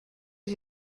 die